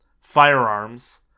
firearms